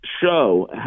show